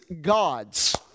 God's